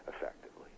effectively